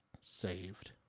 saved